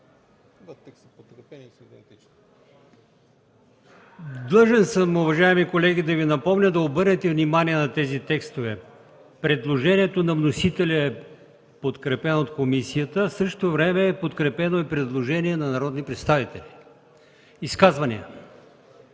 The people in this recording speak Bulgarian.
7. ПРЕДСЕДАТЕЛ АЛИОСМАН ИМАМОВ: Длъжен съм, уважаеми колеги, да Ви напомня да обърнете внимание на тези текстове. Предложението на вносителя е подкрепено от комисията. В същото време е подкрепено и предложение на народни представители. Изказвания?